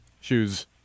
Shoes